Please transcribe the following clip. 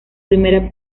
primera